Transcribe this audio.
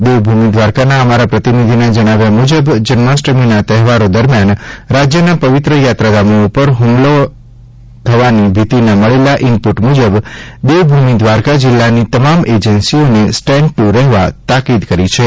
દેવભૂમિ દ્વારકાના અમારા પ્રતિનિધિના જણાવ્યા મુજબ જન્માષ્ટમીના તહેવારો દરમ્યાન રાજ્યના પવિત્ર યાત્રાધામો ઉપર હુમલાઓ થવાની ભીતીના મળેલા ઇનપુટ મુજબ દેવભૂમિ દ્વારકા જિલ્લાની તમામ એજન્સીઓને સ્ટેન્ડ ટુ રહેવા તાકીદ કરી છે